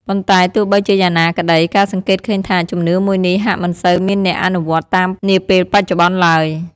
ប៉ុន្តែទោះបីជាយ៉ាងណាក្តី គេសង្កេតឃើញថា ជំនឿមួយនេះហាក់មិនសូវមានអ្នកអនុវត្តន៏តាមនាពេលបច្ចុប្បន្នឡើយ។